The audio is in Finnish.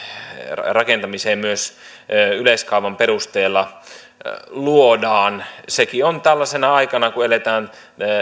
rakentamiseen myös yleiskaavan perusteella luodaan sekin on tällaisena aikana kun eletään